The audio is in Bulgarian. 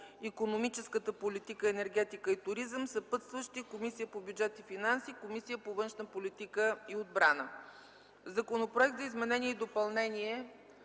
икономическа политика, енергетика и туризъм. Разпределен е и на Комисията по бюджет и финанси, и на Комисията по външна политика и отбрана. Законопроект за изменение и допълнение